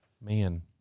man